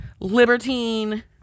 Libertine